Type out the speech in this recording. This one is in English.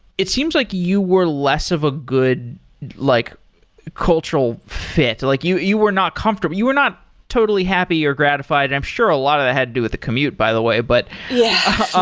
it seems like you were less of a good like cultural fit. like you you were not comfortable. you were not totally happy or gratified. i'm sure, a lot of that had to do with the commute, by the way but yeah.